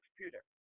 computer